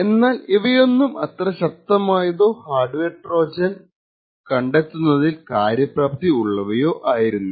എന്നാൽ ഇവയൊന്നും അത്ര ശക്തമായതോ ഹാർഡ്വെയർ ട്രോജൻ കണ്ടെത്തുന്നതിൽ കാര്യപ്രാപ്തി ഉള്ളവയോ ആയിരുന്നില്ല